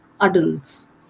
adults